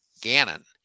Gannon